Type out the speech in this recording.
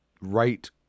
right